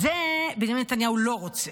את זה בנימין נתניהו לא רוצה.